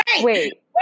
wait